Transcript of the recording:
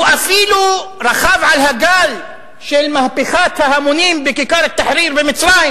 הוא אפילו רכב על הגל של מהפכת ההמונים בכיכר אל-תחריר במצרים